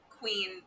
Queen